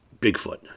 Bigfoot